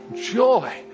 joy